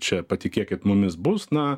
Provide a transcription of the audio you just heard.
čia patikėkit mumis bus na